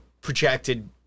projected